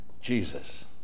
Jesus